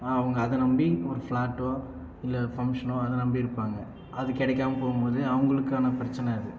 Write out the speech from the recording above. அவங்க அதை நம்பி ஒரு ஃப்ளாட்டோ இல்லை ஃபங்க்ஷனோ அதை நம்பியிருப்பாங்க அது கிடைக்கம போகும்போது அவங்களுக்கான பிரச்சனை அது